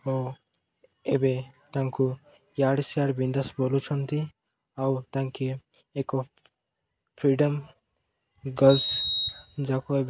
ଓ ଏବେ ତାଙ୍କୁ ଇଆଡ଼େ ସିଆଡ଼େ ଆଉ ତାଙ୍କୁ ଏକ ଫ୍ରିଡମ୍ ଗାର୍ଲସ୍ ଯାହାକୁ କହିବି